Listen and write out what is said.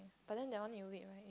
but then that one need to wait right